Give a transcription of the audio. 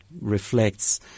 reflects